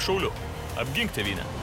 tapk šauliu apgink tėvynę